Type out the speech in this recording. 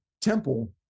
temple